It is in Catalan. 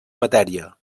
matèria